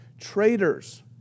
traitors